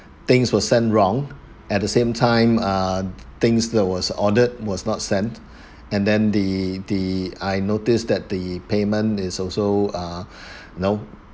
things were sent wrong at the same time uh things that was ordered was not sent and then the the I noticed that the payment is also uh know